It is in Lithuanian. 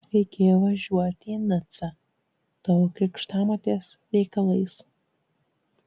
reikėjo važiuoti į nicą tavo krikštamotės reikalais